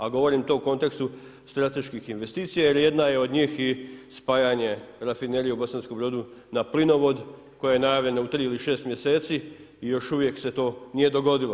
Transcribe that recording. A govorim to u kontekstu strateških investicija jer jedna je od njih i spajanje rafinerije u Bosanskom Brodu na plinovod koje je najavljeno u 3 ili 6 mjeseci i još uvijek se to nije dogodilo.